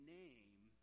name